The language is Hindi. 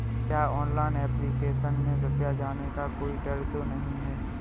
क्या ऑनलाइन एप्लीकेशन में रुपया जाने का कोई डर तो नही है?